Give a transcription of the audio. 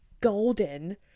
golden